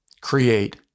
create